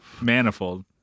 manifold